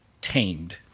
tamed